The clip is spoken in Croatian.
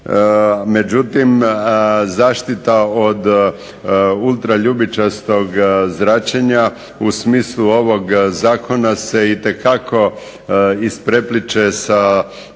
Međutim, zaštita od ultraljubičastog zračenja u smislu ovog zakona se itekako isprepliće sa